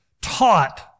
taught